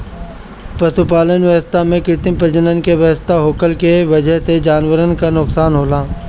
पशुपालन व्यवस्था में कृत्रिम प्रजनन क व्यवस्था होखला के वजह से जानवरन क नोकसान होला